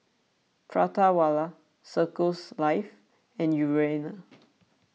Prata Wala Circles Life and Urana